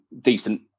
decent